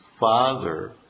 father